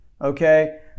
okay